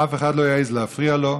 אף אחד לא יעז להפריע לו.